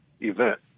event